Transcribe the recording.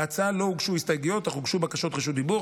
להצעה לא הוגשו הסתייגויות אך הוגשו בקשות רשות דיבור.